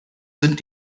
sind